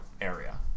area